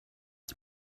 die